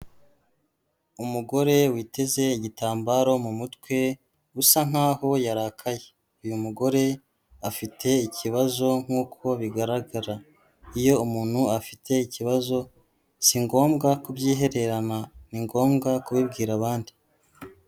Umugore witeze igitambaro mumutwe, usa nk'aho yarakaye. Uyu mugore afite ikibazo nk'uko bigaragara. Iyo umuntu afite ikibazo si ngombwa kubyihererana ni ngombwa kubibwira abandi.